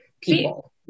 people